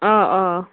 آ آ